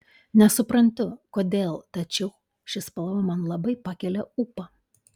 nesuprantu kodėl tačiau ši spalva man labai pakelia ūpą